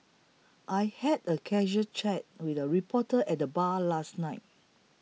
I had a casual chat with a reporter at the bar last night